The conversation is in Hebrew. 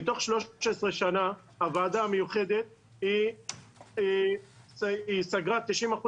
תוך 13 שנה הוועדה המיוחדת סגרה 90%